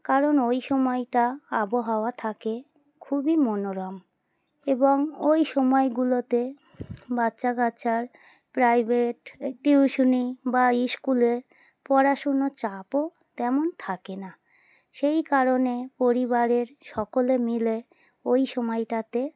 কারণ ওই সময়টা আবহাওয়া থাকে খুবই মনোরম এবং ওই সময়গুলোতে বাচ্চা কাচ্চার প্রাইভেট টিউশনি বা সস্কুলের পড়াশুনো চাপও তেমন থাকে না সেই কারণে পরিবারের সকলে মিলে ওই সময়টাতে